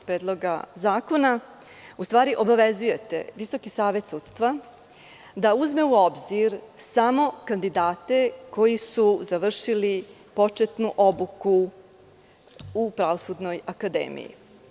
Predloga zakona u stvari obavezujete Visoki savet sudstva da uzme u obzir samo kandidate koji su završili početnu obuku u Pravosudnoj akademiji.